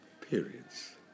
periods